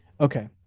okay